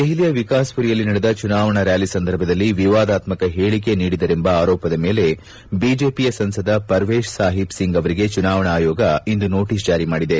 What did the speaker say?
ದೆಹಲಿಯ ವಿಕಾಸ್ಪುರಿಯಲ್ಲಿ ನಡೆದ ಚುನಾವಣಾ ರ್ನಾಲಿ ಸಂದರ್ಭದಲ್ಲಿ ವಿವಾದಾತ್ತಕ ಹೇಳಕೆ ನೀಡಿದರೆಂಬ ಆರೋಪದ ಮೇಲೆ ಬಿಜೆಪಿಯ ಸಂಸದ ಪರ್ವೇಶ್ ಸಾಹಿಬ್ ಸಿಂಗ್ ಅವರಿಗೆ ಚುನಾವಣಾ ಆಯೋಗ ಇಂದು ನೋಟಿಸ್ ಜಾರಿ ಮಾಡಿದೆ